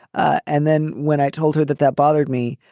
and then when i told her that that bothered me,